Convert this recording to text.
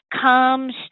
comes